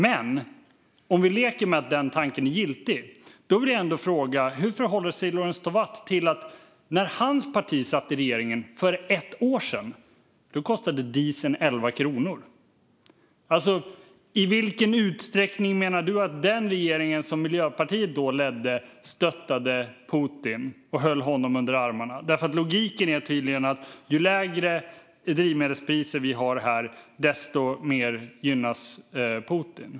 Men låt oss ändå leka att den tanken är giltig. Då vill jag fråga: Hur förhåller sig Lorentz Tovatt till att dieseln kostade 11 kronor när hans parti satt i regeringen för ett år sedan? I vilken utsträckning menar du, Lorentz Tovatt, att den regering som Miljöpartiet då var med och ledde stöttade Putin och höll honom under armarna? Logiken är tydligen att ju lägre drivmedelspriser vi har här, desto mer gynnas Putin.